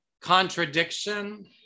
contradiction